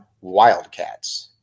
Wildcats